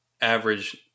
average